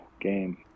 game